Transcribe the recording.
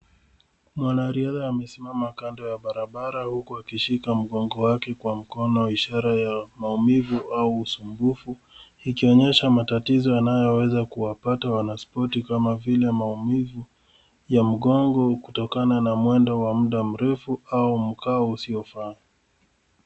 Mwanariadha amesimama kando ya barabara huku akishika mgongo wake kwa mkono; ishara ya maumivu au usumbufu, ikionyesha matatizo yanayoweza kuwapata wanaspoti kama vile maumivu ya mgongo kutokana na mwendo wa muda mrefu au mkao usiofaa.